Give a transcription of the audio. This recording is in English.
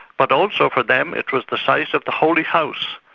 but also for them it was the site of the holy house,